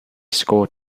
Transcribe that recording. score